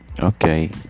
Okay